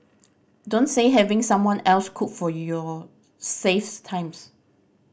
don't say having someone else cook for you saves times